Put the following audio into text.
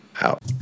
Out